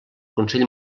consell